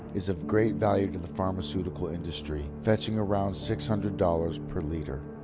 is of great value to the pharmaceutical industry, fetching around six hundred dollars per litre.